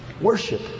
Worship